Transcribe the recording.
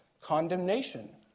condemnation